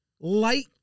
light